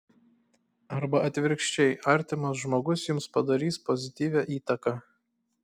arba atvirkščiai artimas žmogus jums padarys pozityvią įtaką